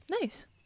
nice